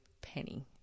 penny